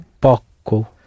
Poco